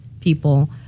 people